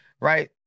right